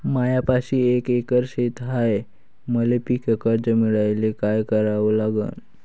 मायापाशी एक एकर शेत हाये, मले पीककर्ज मिळायले काय करावं लागन?